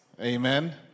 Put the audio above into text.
Amen